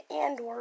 Andor